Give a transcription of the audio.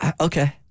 okay